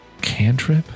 cantrip